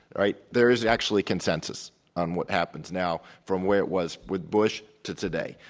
right, there is actually consensus on what happens now from where it was with bush to today.